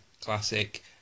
classic